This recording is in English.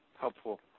Helpful